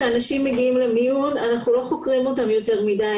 כשאנשים מגיעים למיון אנחנו לא חוקרים אותם יותר מדי,